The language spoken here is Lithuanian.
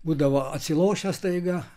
būdavo atsilošia staiga